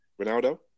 Ronaldo